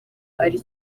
ari